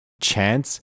chance